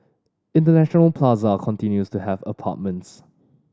International Plaza continues to have apartments